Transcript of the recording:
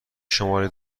شماره